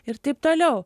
ir taip toliau